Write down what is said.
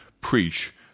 preach